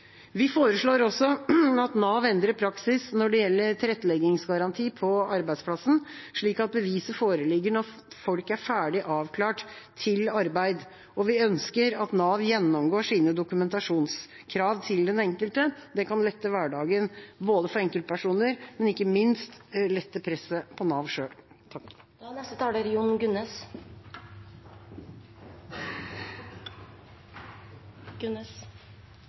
Vi foreslår også at Nav endrer praksis når det gjelder tilretteleggingsgaranti på arbeidsplassen, slik at beviset foreligger når folk er ferdig avklart til arbeid, og vi ønsker at Nav gjennomgår sine dokumentasjonskrav til den enkelte. Det kan lette hverdagen både for enkeltpersoner og ikke minst lette presset på Nav selv. Målretting av tjenester, slik at de som har minst, får mest hjelp, er